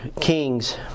kings